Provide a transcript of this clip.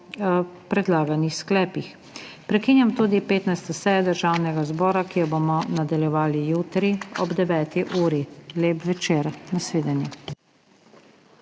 predlaganih sklepih. Prekinjam 15. sejo Državnega zbora, ki jo bomo nadaljevali jutri ob 9. uri. Lep večer, nasvidenje!